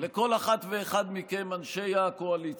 לכל אחת ואחד מכם, אנשי הקואליציה,